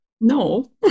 No